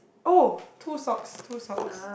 oh two socks two socks